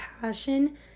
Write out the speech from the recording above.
passion